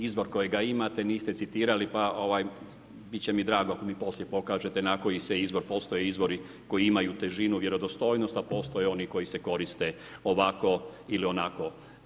Izvor kojega imate niste citirali pa bit će mi drago ako mi poslije pokažete na koji se izvor, postoje izvori koji imaju težinu, vjerodostojnost, a postoje oni koji se koriste ovako ili onako.